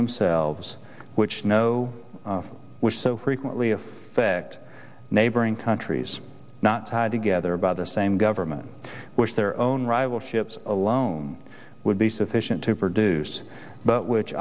themselves which know which so frequently affect neighboring countries not tied together by the same government which their own rival ships alone would be sufficient to produce but which